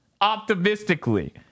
optimistically